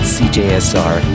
cjsr